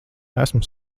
esmu